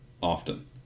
often